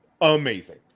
amazing